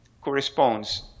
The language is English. corresponds